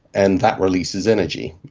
and that releases energy.